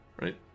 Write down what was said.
Right